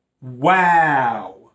wow